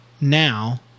now